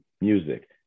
music